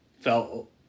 felt